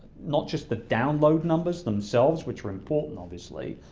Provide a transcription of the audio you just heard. not just the download numbers themselves which are important, obviously,